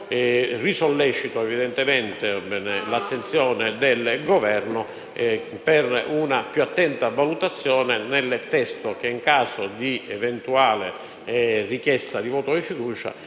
sollecito nuovamente l'attenzione del Governo per una più attenta valutazione del testo che, in caso di eventuale richiesta di voto di fiducia,